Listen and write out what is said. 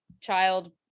child